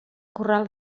corral